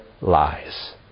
lies